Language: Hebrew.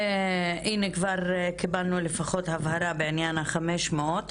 הנה, כבר קיבלנו לפחות הבהרה בעניין ה-500 מיליון.